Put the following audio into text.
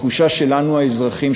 תחושה שלנו, האזרחים.